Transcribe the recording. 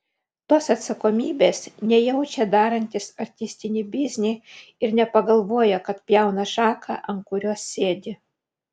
tos atsakomybės nejaučia darantys artistinį biznį ir nepagalvoja kad pjauna šaką ant kurios sėdi